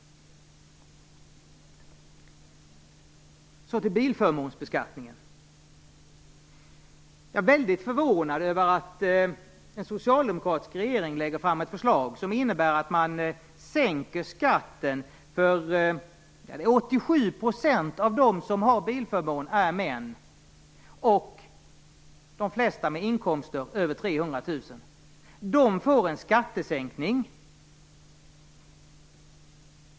Så till bilförmånsbeskattningen. Jag är väldigt förvånad över att en socialdemokratisk regering lägger fram ett förslag som innebär att man sänker skatten för denna grupp. 87 % av dem som har bilförmån är män, och de flesta har inkomster över 300 000. De får en skattesänkning.